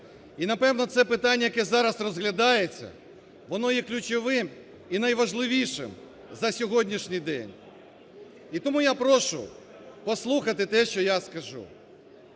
І напевно це питання, яке зараз розглядається, воно є ключовим і найважливішим за сьогоднішній день. І тому я прошу послухати те, що я скажу.